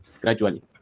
gradually